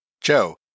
Joe